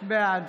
בעד